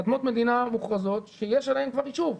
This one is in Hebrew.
אדמות מדינה מוכרזות שיש עליהן כבר ישוב,